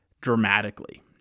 dramatically